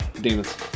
Demons